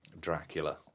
Dracula